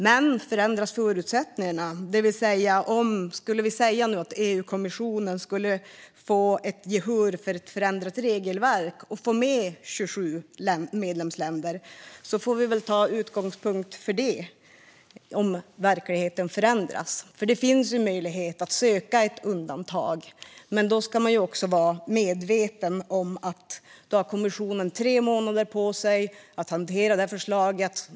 Men om förutsättningarna och verkligheten förändras, det vill säga om EU-kommissionen skulle få gehör för ett förändrat regelverk och få med 27 medlemsländer, får vi väl ta utgångspunkt i det, för det finns möjlighet att söka ett undantag. Men då ska vi vara medvetna om att kommissionen har tre månader på sig att hantera förslaget.